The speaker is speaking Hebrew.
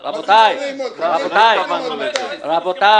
אני